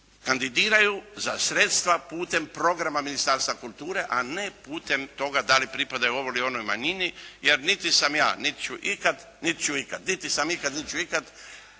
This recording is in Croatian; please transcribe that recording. kandidiraju za sredstva putem programa Ministarstva kulture a ne putem toga da li pripadaju ovoj ili onoj manjini. Jer niti sam ja, niti ću ikada, niti sam ikad niti ću ikad